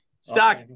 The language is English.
Stock